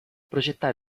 progettare